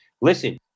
Listen